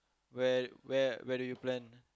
where where where do you plan